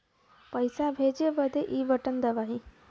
पइसा भेजे बदे ई बटन दबाई